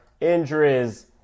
injuries